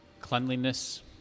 cleanliness